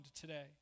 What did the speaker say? today